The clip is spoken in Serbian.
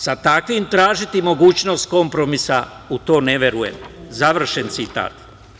Sa takvim tražiti mogućnost kompromisa, u to ne verujem.“ Završen citat.